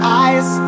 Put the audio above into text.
eyes